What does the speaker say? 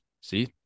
See